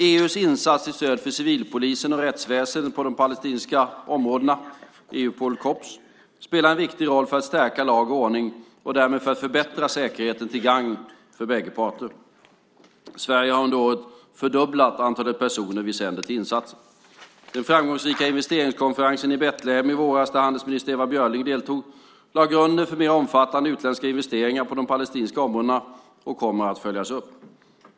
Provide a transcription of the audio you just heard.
EU:s insats till stöd för civilpolisen och rättsväsendet på de palestinska områdena, Eupol Copps, spelar en viktig roll för att stärka lag och ordning och därmed för att förbättra säkerheten till gagn för bägge parter. Sverige har under året fördubblat antalet personer vi sänder till insatsen. Den framgångsrika investeringskonferensen i Betlehem i våras, där handelsminister Ewa Björling deltog, lade grunden för mer omfattande utländska investeringar på de palestinska områdena och kommer att följas upp.